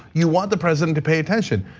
you want the president to pay attention,